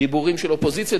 דיבורים של אופוזיציה,